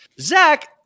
Zach